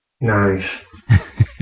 Nice